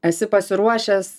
esi pasiruošęs